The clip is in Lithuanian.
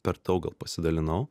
per daug gal pasidalinau